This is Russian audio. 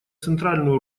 центральную